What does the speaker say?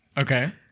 Okay